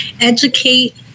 educate